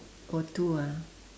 oh two ah